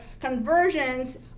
conversions